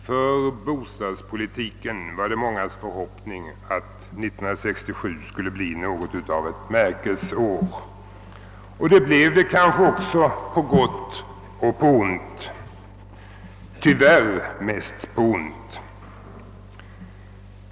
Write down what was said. Herr talman! Det var mångas förhoppning att 1967 skulle bli något av ett märkesår för bostadspolitiken. Och det blev det kanske också — på gott och på ont; tyvärr mest på ont.